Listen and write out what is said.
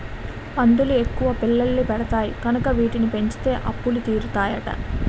పందులు ఎక్కువ పిల్లల్ని పెడతాయి కనుక వీటిని పెంచితే అప్పులు తీరుతాయట